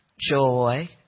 joy